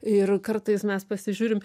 ir kartais mes pasižiūrim